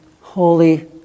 holy